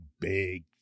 big